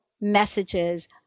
messages